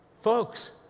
Folks